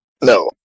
No